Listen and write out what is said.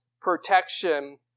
protection